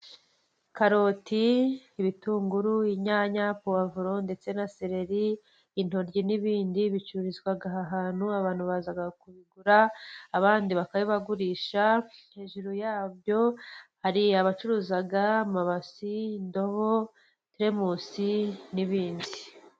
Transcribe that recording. Karoti, ibitunguru, inyanya, puwavuro ndetse na sereri, intoryi, n'ibindi bicururizwaga aha hantu, abantu baza kubigura, abandi bakabibagurisha, hejuru ya byo hari abacuruza amabasi, indobo, teremusi n'ibindi.